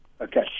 Okay